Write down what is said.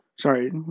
sorry